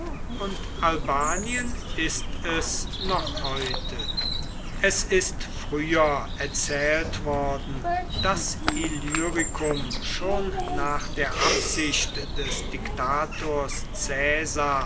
und albanien ist es noch heute es ist früher erzählt worden daß illyricum schon nach der absicht des diktators